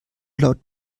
laut